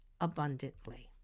abundantly